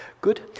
Good